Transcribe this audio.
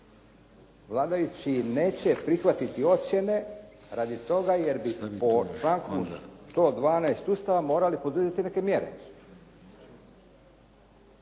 vladajući neće prihvatiti ocjene radi toga jer bi po članku 112. Ustava morali poduzeti neke mjere.